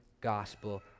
gospel